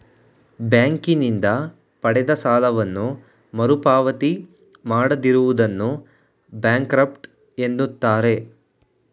ಬ್ಯಾಂಕಿನಿಂದ ಪಡೆದ ಸಾಲವನ್ನು ಮರುಪಾವತಿ ಮಾಡದಿರುವುದನ್ನು ಬ್ಯಾಂಕ್ರಫ್ಟ ಎನ್ನುತ್ತಾರೆ